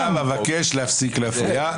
אבקש להפסיק להפריע.